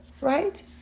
right